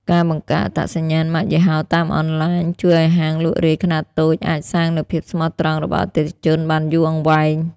ការបង្កើត អត្តសញ្ញាណម៉ាកយីហោតាមអនឡាញ ជួយឱ្យហាងលក់រាយខ្នាតតូចអាចសាងនូវភាពស្មោះត្រង់របស់អតិថិជនបានយូរអង្វែង។